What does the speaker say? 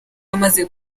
amaze